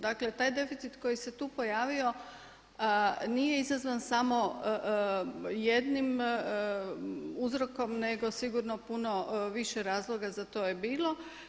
Dakle taj deficit koji se tu pojavio nije izazvan samo jednim uzrokom nego sigurno puno više razloga za to je bilo.